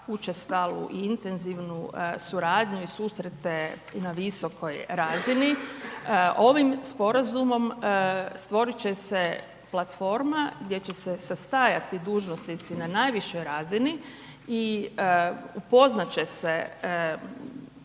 učestalu i intenzivnu suradnju i susrete na visokoj razini. Ovim Sporazumom stvorit će se platforma gdje će se sastajati dužnosnici na najvišoj razini i upoznat će se